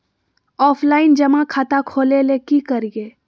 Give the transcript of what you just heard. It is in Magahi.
ऑफलाइन जमा खाता खोले ले की करिए?